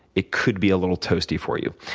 it could be a little toasty for you.